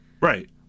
Right